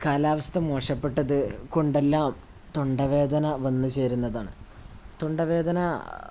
കാലാവസ്ഥ മോശപ്പെട്ടത് കൊണ്ടെല്ലാം തൊണ്ടവേദന വന്നുചേരുന്നതാണ് തൊണ്ടവേദന